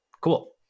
cool